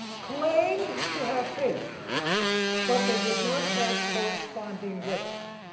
claimed to have faith but they did not have corresponding works,